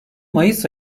mayıs